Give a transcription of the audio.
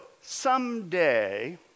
someday